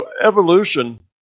evolution